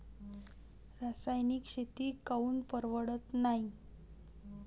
रासायनिक शेती काऊन परवडत नाई?